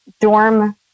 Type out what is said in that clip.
dorm